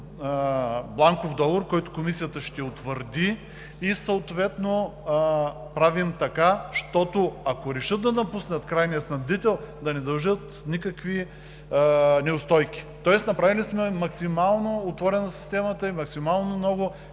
бланков договор, който Комисията ще утвърди, и съответно правим така, че ако решат да напуснат крайния снабдител да не дължат никакви неустойки. Тоест направили сме максимално отворена системата и максимално много